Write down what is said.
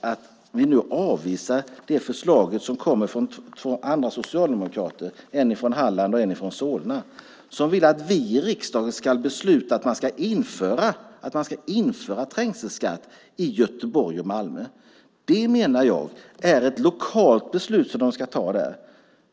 att ni nu avvisar ett förslag från ett par socialdemokrater - en från Halland, en från Solna - som vill att vi i riksdagen ska besluta att man ska införa trängselskatt i Göteborg och Malmö. Det menar jag är ett lokalt beslut som de ska ta där.